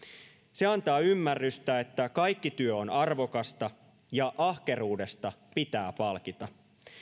se antaa ymmärrystä siitä että kaikki työ on arvokasta ja ahkeruudesta pitää palkita